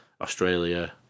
australia